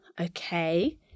okay